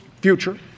future